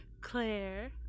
claire